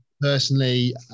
personally